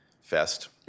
Fest